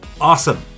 awesome